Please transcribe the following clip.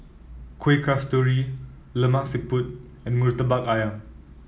Kuih Kasturi Lemak Siput and murtabak ayam